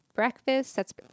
Breakfast—that's